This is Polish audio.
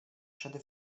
przede